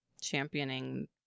championing